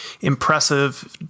impressive